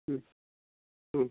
उम उम